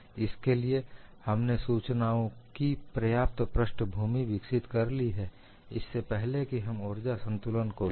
इसके लिए हमने सूचनाओं की पर्याप्त पृष्ठभूमि विकसित कर ली है इससे पहले कि हम ऊर्जा संतुलन समीकरण को लें